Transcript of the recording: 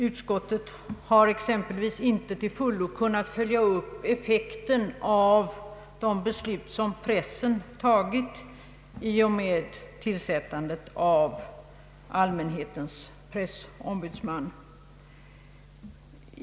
Utskottet har exempelvis inte till fullo kunnat följa upp effekten av det beslut som pressorganen fattat i och med tillsättandet av en allmänhetens pressombudsman.